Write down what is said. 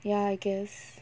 ya I guess